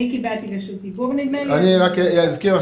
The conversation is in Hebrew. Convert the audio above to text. אני קיבלתי רשות דיבור --- רק להזכיר לך